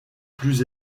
plus